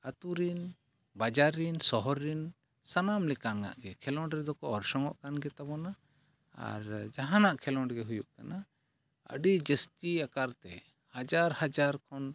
ᱟᱹᱛᱩᱨᱮᱱ ᱵᱟᱡᱟᱨ ᱨᱮᱱ ᱥᱚᱦᱚᱨ ᱨᱮᱱ ᱥᱟᱱᱟᱢ ᱞᱮᱠᱟᱱᱟᱜ ᱜᱮ ᱠᱷᱮᱞᱳᱰ ᱨᱮᱫᱚ ᱠᱚ ᱚᱨᱥᱚᱝᱼᱚᱜ ᱠᱟᱱ ᱜᱮᱛᱟᱵᱚᱱᱟ ᱟᱨ ᱡᱟᱦᱟᱱᱟᱜ ᱠᱷᱮᱞᱳᱰ ᱜᱮ ᱦᱩᱭᱩᱜ ᱠᱟᱱᱟ ᱟᱹᱰᱤ ᱡᱟᱹᱥᱛᱤ ᱟᱠᱟᱨᱛᱮ ᱦᱟᱡᱟᱨ ᱦᱟᱡᱟᱨ ᱠᱷᱚᱱ